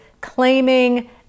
claiming